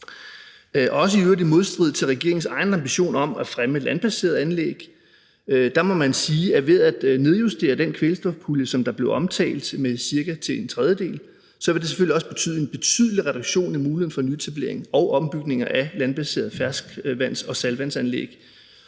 er i øvrigt også i modstrid med regeringens egen ambition om at fremme landbaserede anlæg, for ved at nedjustere den kvælstofpulje, som blev omtalt, til cirka en tredjedel, vil det selvfølgelig også betyde en betydelig reduktion af muligheden for nyetablering og ombygninger af landbaserede ferskvands- og saltvandsanlæg,